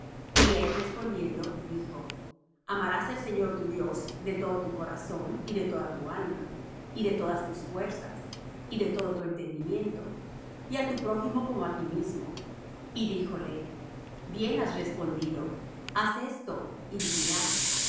y él respondiendo dijo amarás al señor tu dios de todo tu corazón y de toda tu alma y de todas tus fuerzas y de todo tu entendimiento y á tu prójimo como á ti mismo y díjole bien has respondido haz esto y vivirás